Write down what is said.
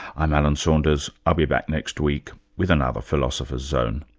i'm alan saunders, i'll be back next week with another philosopher's zone